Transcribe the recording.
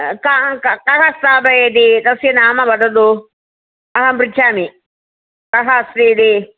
क कः स्थापयति तस्य नाम वदतु अहं पृच्छामि कः अस्ति इति